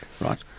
Right